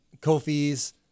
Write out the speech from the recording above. Kofi's